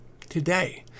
today